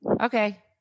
Okay